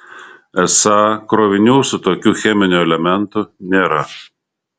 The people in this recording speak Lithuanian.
esą krovinių su tokiu cheminiu elementu nėra